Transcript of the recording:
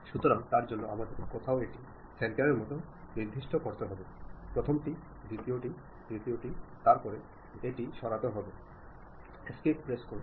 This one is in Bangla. সুতরাং তার জন্য আমাদের কোথাও এটি সেন্টারের মতো নির্দিষ্ট করতে হবে প্রথমটি দ্বিতীয়টি তৃতীয়টি তারপরে এটি সরাতে হবে কয়েকবার এস্কেপ প্রেস করুন